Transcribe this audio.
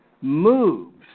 moves